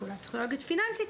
פעולה טכנולוגית-פיננסית,